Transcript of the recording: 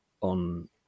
on